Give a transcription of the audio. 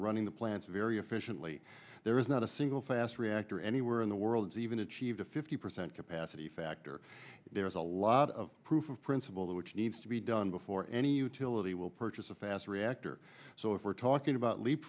running the plants very efficiently there is not a single fast reactor anywhere in the world even achieved a fifty percent capacity factor there is a lot of proof of principle that which needs to be done before any utility will purchase a fast reactor so if we're talking about leap